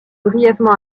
brièvement